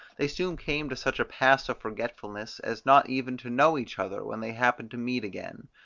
they soon came to such a pass of forgetfulness, as not even to know each other, when they happened to meet again.